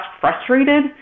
frustrated